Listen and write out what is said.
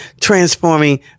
transforming